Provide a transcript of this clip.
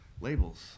labels